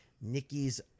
Nikki's